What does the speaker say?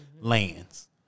lands